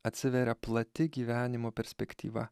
atsiveria plati gyvenimo perspektyva